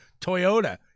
toyota